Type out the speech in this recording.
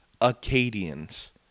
Acadians